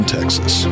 Texas